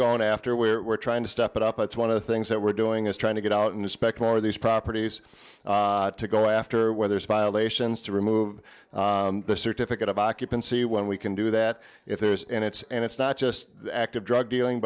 going after we're we're trying to step it up it's one of the things that we're doing is trying to get out and inspect more of these properties to go after whether speil ations to remove the certificate of occupancy when we can do that if there is and it's and it's not just active drug dealing